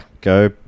Go